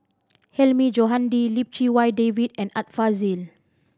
Hilmi Johandi Lim Chee Wai David and Art Fazil